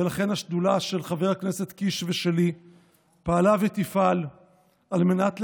ולכן השדולה של חבר הכנסת קיש ושלי פעלה ותפעל על מנת לקדם,